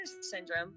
Syndrome